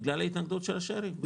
בגלל התנגדות של ראשי ערים.